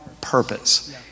purpose